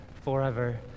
forever